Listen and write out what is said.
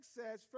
says